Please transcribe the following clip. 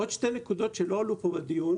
עוד שתי נקודות שלא עלו פה בדיון.